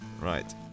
right